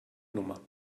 nummer